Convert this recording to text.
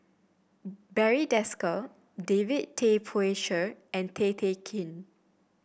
Barry Desker David Tay Poey Cher and Tay Kay Chin